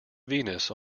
venus